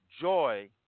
Joy